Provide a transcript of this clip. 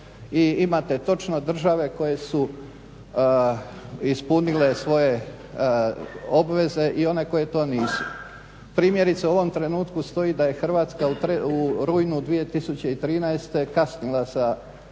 imate točno države koje su ispunile svoje obveze i one koje to nisu. Primjerice u ovom trenutku stoji da je Hrvatska u rujnu 2013. kasnila sa